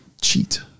cheat